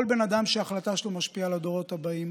כל בן אדם שההחלטה שלו משפיעה על הדורות הבאים,